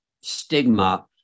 stigma